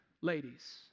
ladies